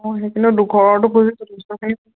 অঁ সেইখিনি দুঘৰটো পৰি যথেষ্টখিনি